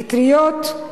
אטריות,